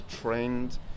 trained